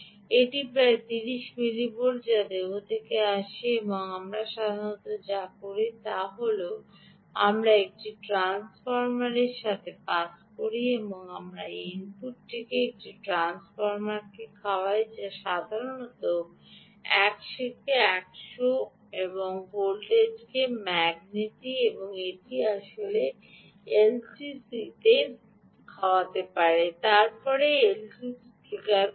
এটি প্রায় 30 millivolt যা দেহ থেকে আসে এবং আমরা সাধারণত যা করি তা হল আমরা এটি একটি ট্রান্সফর্মারের মাধ্যমে পাস করি আমরা এই ইনপুটটিকে একটি ট্রান্সফর্মারকে Transformer খাওয়াই যা সাধারণত 1 হয় 100 এবং ভোল্টেজকে ম্যাগনেট করে এটি এই এলটিসিতে খাওয়ান এবং তারপরে এলটিসি ট্রিগার করুন